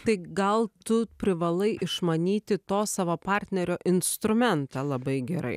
tai gal tu privalai išmanyti to savo partnerio instrumentą labai gerai